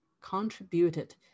contributed